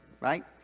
right